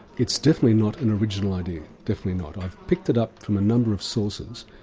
it's definitely not an original idea, definitely not. i've picked it up from a number of sources,